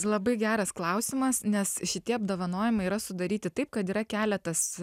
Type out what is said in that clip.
labai geras klausimas nes šitie apdovanojimai yra sudaryti taip kad yra keletas